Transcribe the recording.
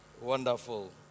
Wonderful